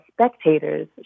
spectators